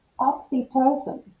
oxytocin